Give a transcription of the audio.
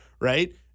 right